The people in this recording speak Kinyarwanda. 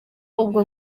ubwo